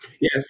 Yes